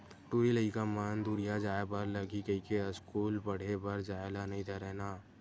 टूरी लइका मन दूरिहा जाय बर लगही कहिके अस्कूल पड़हे बर जाय ल नई धरय ना